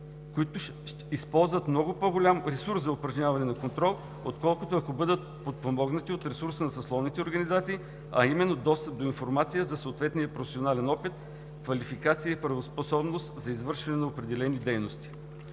които ще използват много по-голям ресурс за упражняване на контрол, отколкото ако бъдат подпомогнати от ресурса на съсловните организации, а именно достъп до информация за съответния професионален опит, квалификация и правоспособност за извършване на определени дейности.